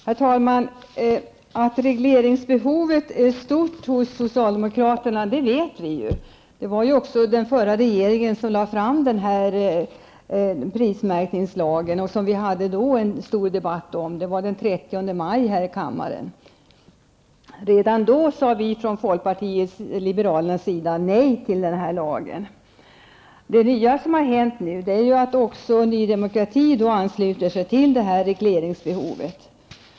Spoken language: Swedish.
Herr talman! Att regleringsbehovet är stort hos socialdemokraterna vet vi ju. Det var ju också den förra regeringen som lade fram förslag om denna prismärkningslag, och vi hade den 30 maj en stor debatt om detta förslag i kammaren. Redan då sade vi från folkpartiet liberalernas sida nej till denna lag. Det som nu har hänt är att Ny Demokrati ansluter sig till detta regleringsbehov.